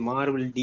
Marvel